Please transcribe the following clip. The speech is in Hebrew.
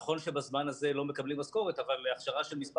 נכון שבזמן הזה לא מקבלים משכורת אבל הכשרה של מספר